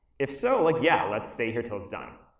if so, like yeah, let's stay here till it's done.